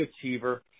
achiever